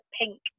pink